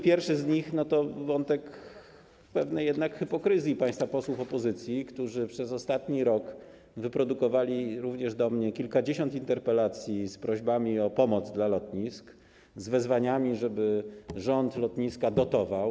Pierwszy z nich to wątek pewnej jednak hipokryzji państwa posłów opozycji, którzy przez ostatni rok wyprodukowali również do mnie kilkadziesiąt interpelacji z prośbami o pomoc dla lotnisk, z wezwaniami, żeby rząd lotniska dotował.